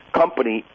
company